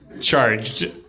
charged